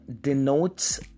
denotes